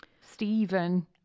Stephen